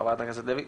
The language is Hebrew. חברת הכנסת לוי,